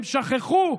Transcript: הם שכחו,